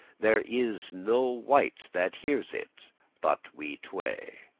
there is no wight that hears it but we tway.